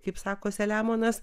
kaip sako selemonas